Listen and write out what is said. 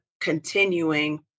continuing